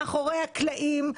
מאחורי הקלעים,